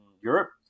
Europe